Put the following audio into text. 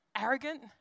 arrogant